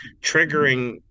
triggering